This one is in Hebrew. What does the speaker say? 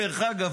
דרך אגב,